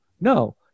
No